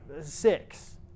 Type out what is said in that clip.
six